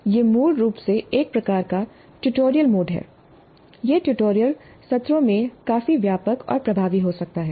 यह मूल रूप से एक प्रकार का ट्यूटोरियल मोड है यह ट्यूटोरियल सत्रों में काफी व्यापक और प्रभावी हो सकता है